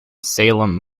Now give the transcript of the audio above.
salem